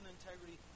integrity